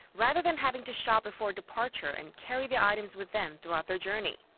rather than having to shop before departure and carry the items with them throughout their journey.